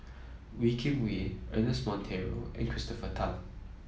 Wee Kim Wee Ernest Monteiro and Christopher Tan